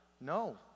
no